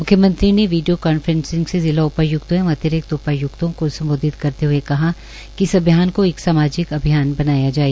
मुख्यमंत्री ने video conferencing से जिला उपाय्क्तों एवं अतिरिक्त उपाय्क्तों को सम्बोधित करते हए कहा कि इस अभियान को एक सामाजिक अभियान बनाया जाए